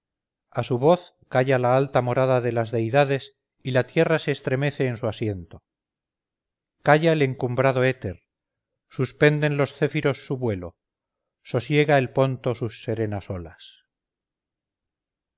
a su voz calla la alta morada de las deidades y la tierra se estremece en su asiento calla el encumbrado éter suspenden los céfiros su vuelo sosiega el ponto sus serenas olas